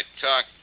talk